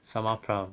什么 prompt